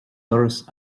doras